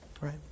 Right